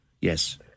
yes